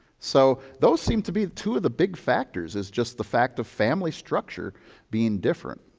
so those seem to be two of the big factors, is just the fact of family structure being different.